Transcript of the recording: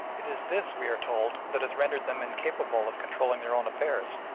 it is this, we are told, that has rendered them incapable of controlling their own affairs,